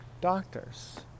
doctors